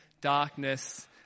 darkness